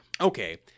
Okay